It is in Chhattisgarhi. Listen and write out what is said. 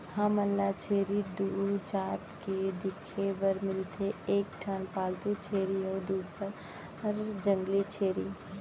हमन ल छेरी दू जात के देखे बर मिलथे एक ठन पालतू छेरी अउ दूसर जंगली छेरी